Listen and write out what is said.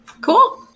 Cool